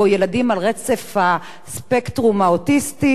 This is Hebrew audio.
שבו ילדים על רצף הספקטרום האוטיסטי